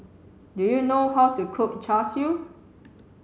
do you know how to cook Char Siu